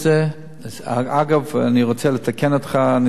אגב, אני רוצה לתקן אותך, ניצן,